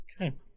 Okay